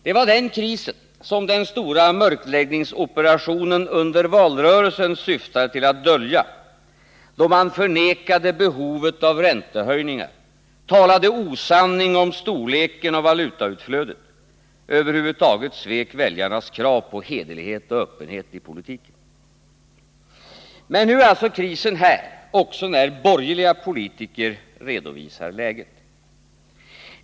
Det var denna kris som den stora mörkläggningsoperationen under valrörelsen syftade till att dölja, då man förnekade behovet av räntehöjningar, talade osanning om storleken av valutautflödet — över huvud taget svek väljarnas krav på hederlighet och öppenhet i politiken. Men nu är alltså krisen här — det erkänns också när borgerliga politiker redovisar läget.